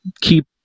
keep